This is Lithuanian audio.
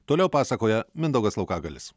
toliau pasakoja mindaugas laukagalis